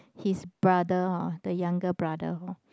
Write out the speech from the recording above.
his brother ah the younger brother hor